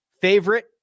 favorite